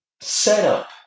setup